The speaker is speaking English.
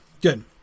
good